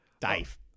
Dave